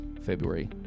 February